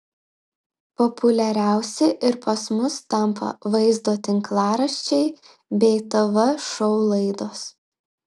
populiariausi ir pas mus tampa vaizdo tinklaraščiai bei tv šou laidos